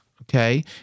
okay